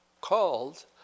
called